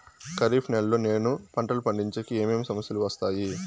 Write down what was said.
ఖరీఫ్ నెలలో నేను పంటలు పండించేకి ఏమేమి సమస్యలు వస్తాయి?